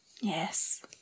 yes